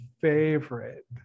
favorite